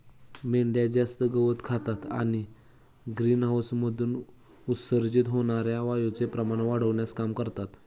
मेंढ्या जास्त गवत खातात आणि ग्रीनहाऊसमधून उत्सर्जित होणार्या वायूचे प्रमाण वाढविण्याचे काम करतात